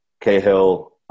Cahill